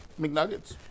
McNuggets